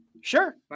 Sure